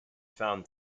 found